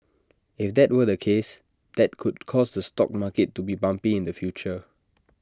if that were the case that could cause the stock market to be bumpy in the future